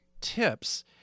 tips